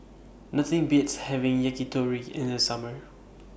Nothing Beats having Yakitori in The Summer